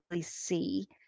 see